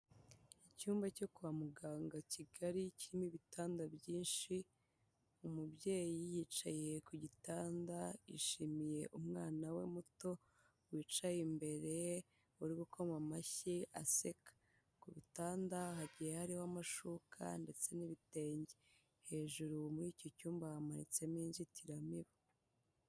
Icyumba cyo kwa muganga kigari kirimo ibitanda byinshi, umubyeyi yicaye ku gitanda yishimiye umwana we muto wicaye imbereye uri gukoma amashyi aseka, ku bitanda hagiye hariho amashuka ndetse n'ibitenge, hejuru muri icyo cyumba hamanitsemo inzitiramibu.